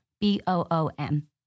B-O-O-M